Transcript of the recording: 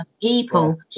people